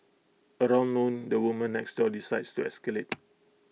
around noon the woman next door decides to escalate